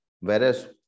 whereas